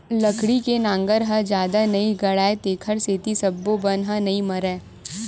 लकड़ी के नांगर ह जादा नइ गड़य तेखर सेती सब्बो बन ह नइ मरय